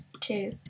two